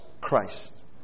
Christ